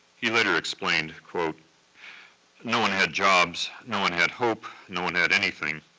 he later explained, no one had jobs, no one had hope, no one had anything.